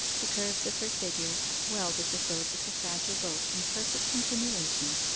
the curves of her figure welded with those of the fragile boat in perfect continuation,